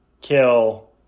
kill